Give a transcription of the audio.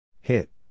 Hit